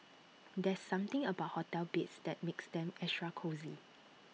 there's something about hotel beds that makes them extra cosy